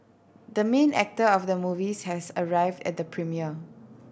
the main actor of the movies has arrived at the premiere